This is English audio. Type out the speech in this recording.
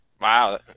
Wow